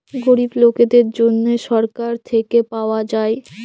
গরিব লকদের জ্যনহে ছরকার থ্যাইকে পাউয়া যায়